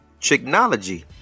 technology